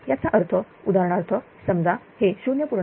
याचा अर्थ उदाहरणार्थ समजा हे 0